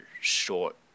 short